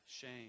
shame